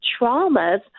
traumas